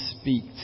speak